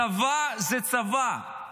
צבא זה צבא,